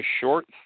short